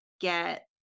get